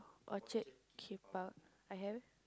Orchard keep out I have